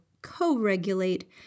co-regulate